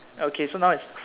okay so now it's